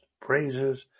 praises